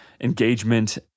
engagement